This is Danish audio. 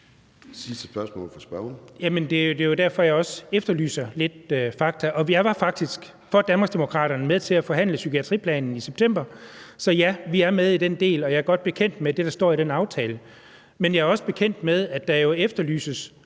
Henrik Thulesen Dahl (DD): Det er jo derfor, jeg også efterlyser lidt fakta. Jeg var faktisk med til for Danmarksdemokraterne at forhandle psykiatriplanen i september, så ja, vi er med i den del. Og jeg er godt bekendt med det, der står i den aftale. Men jeg er også bekendt med, at der jo efterlyses